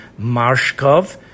Marshkov